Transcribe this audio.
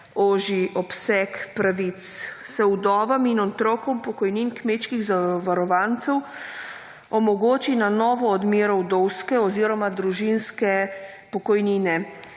ožji obseg pravic, se vdovam in otrokom pokojnin kmečkih zavarovancev omogoči na novo odmero vdovske oziroma družinske pokojnine.